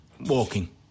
Walking